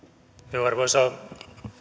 arvoisa